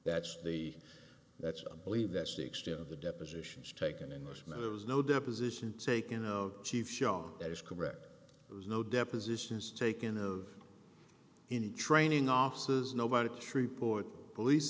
that's the that's a believe that's the extent of the depositions taken englishman there was no deposition taken of chief show that is correct there was no depositions taken of any training officers nobody trip or police